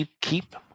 Keep